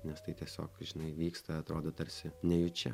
nes tai tiesiog žinai vyksta atrodo tarsi nejučia